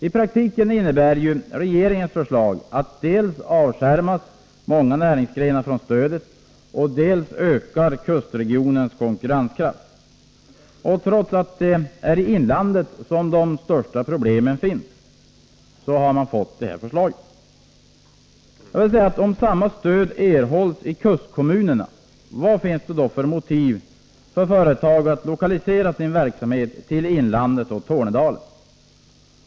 I praktiken innebär regeringens förslag att dels avskärmas många näringsgrenar från stödet, dels ökar kustregionens konkurrenskraft, trots att det är i inlandet som de största problemen finns. Om samma stöd erhålles i kustkommunerna — vad finns det då för motiv för företag att lokalisera sin verksamhet till inlandet och Tornedalen?